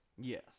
Yes